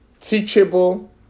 Teachable